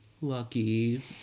Lucky